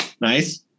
Nice